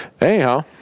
Anyhow